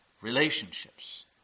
relationships